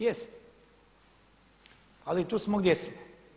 Jest ali tu smo gdje smo.